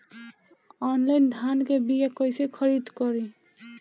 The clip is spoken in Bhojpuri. आनलाइन धान के बीया कइसे खरीद करी?